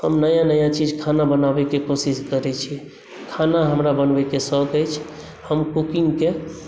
हम नया नया चीज खाना बनाबयके कोशिश करै छी खाना हमरा बनबयक शौक अछि हम कूकिंग के